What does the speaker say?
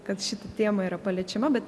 kad šita tema yra paliečiama bet